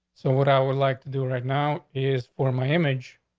so what i would like to do right now is for my image,